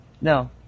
No